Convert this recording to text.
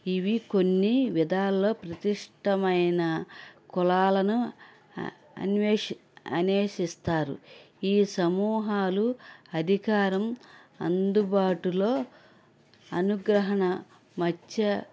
ఇవి కొన్ని విధాల్లో ప్రతిష్టమైన కులాలను అన్వేష్ అనేసిస్తారు ఈ సమూహాలు అధికారం అందుబాటులో అనుగ్రహణ మత్స్య